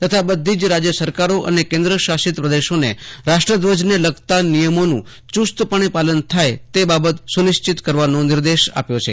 તથા બધી જ રાજય સરકારો અને કેન્દ્રશાસિત પ્રદેશોને રાષ્ટ્રધ્વજને લગતા નિયમોનું ચુસ્તપણે પાલન થાય તે બાબત સુનિશ્ચિત કરવાનો નિર્દેશ આપ્યો છે